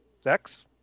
Sex